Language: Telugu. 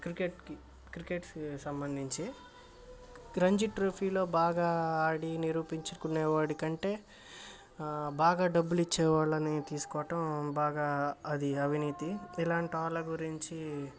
క్రికెట్కి క్రికెట్స్కి సంబంధించి రంజీ ట్రోఫీలో బాగా ఆడి నిరూపించుకునేవాడికంటే బాగా డబ్బులిచ్చే వాళ్ళని తీసుకోటం బాగా అది అవినీతి ఇలాంటి వాళ్ళ గురించి